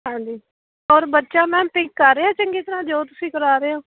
ਹਾਂਜੀ ਔਰ ਬੱਚਾ ਮੈਮ ਪਿਕ ਕਰ ਰਿਹਾ ਚੰਗੀ ਤਰ੍ਹਾਂ ਜੋ ਤੁਸੀਂ ਕਰਾ ਰਹੇ ਹੋ